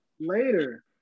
later